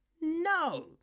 No